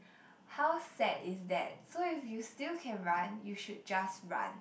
how sad is that so if you still can run you should just run